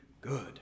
good